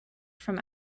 from